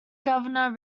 governor